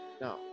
now